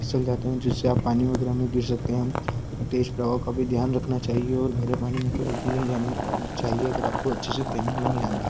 फिसल जाते हैं जिससे आप पानी वगैरह में गिर सकते हम तेज़ प्रवाह का भी ध्यान करना चाहिए और गहरे पानी में तो बिल्कुल नहीं जाना चाहिए अगर आपको अच्छे से तैरना नहीं आता